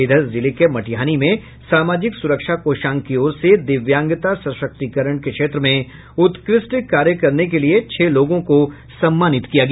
इधर जिले के मटिहानी में सामाजिक सुरक्षा कोषांग की ओर से दिव्यांगता सशक्तीकरण के क्षेत्र में उत्कृष्ट कार्य करने के लिये छह लोगों को सम्मानित किया गया